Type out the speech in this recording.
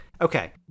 okay